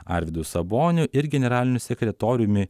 arvydu saboniu ir generaliniu sekretoriumi